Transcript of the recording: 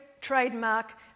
trademark